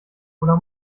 oder